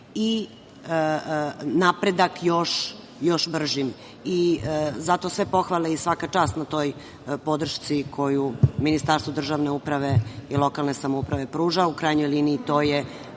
i napredak još bržim. Zato sve pohvale i svaka čast na toj podršci koju Ministarstvo državne uprave i lokalne samouprave pruća. U krajnjoj liniji, to je